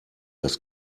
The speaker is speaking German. das